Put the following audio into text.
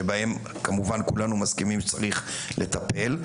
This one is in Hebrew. שבהם כמובן כולנו מסכימים שצריך לטפל,